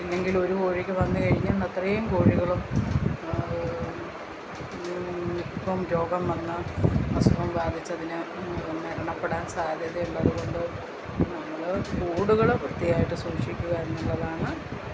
ഇല്ലെങ്കിലൊരു കോഴിക്കു വന്നു കഴിഞ്ഞ അത്രയും കോഴികൾ ഇപ്പം രോഗം വന്ന് അസുഖം ബാധിച്ച് അതിന് മരണപ്പെടാൻ സാദ്ധ്യത ഉള്ളതു കൊണ്ട് നമ്മൾ കൂടുകൾ വൃത്തിയായിട്ട് സൂക്ഷിക്കുക എന്നുള്ളതാണ്